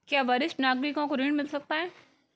क्या वरिष्ठ नागरिकों को ऋण मिल सकता है?